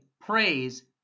praise